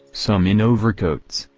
some in overcoats,